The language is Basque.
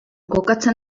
kokatzen